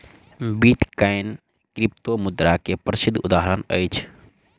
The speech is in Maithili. बिटकॉइन क्रिप्टोमुद्रा के प्रसिद्ध उदहारण अछि